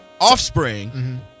offspring